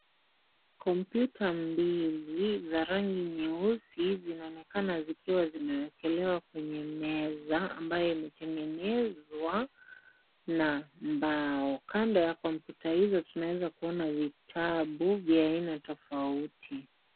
Computer mbili za rangi nyeusi zinaonekana zikiwa zimewekelewa kwenye meza ambayo imetengenezwa na mbao, kando ya computer hizo tunaweza kuona vitabu vya aina tofauti.